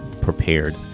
prepared